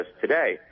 today